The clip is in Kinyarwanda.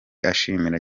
ashimira